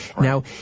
Now